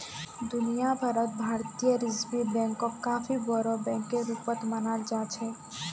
दुनिया भर त भारतीय रिजर्ब बैंकक काफी बोरो बैकेर रूपत मानाल जा छेक